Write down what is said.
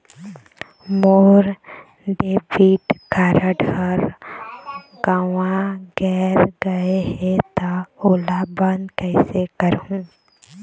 मोर debit card हर गंवा गैर गए हे त ओला बंद कइसे करहूं?